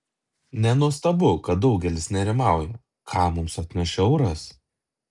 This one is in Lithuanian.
nenuostabu kad daugelis nerimauja ką mums atneš euras